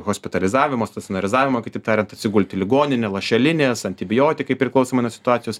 hospitalizavimo stacionarizavimo kitaip tariant atsigult į ligoninę lašelinės antibiotikai priklausomai nuo situacijos